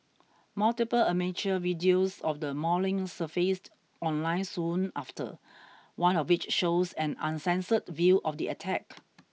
multiple amateur videos of the mauling surfaced online soon after one of which shows an uncensored view of the attack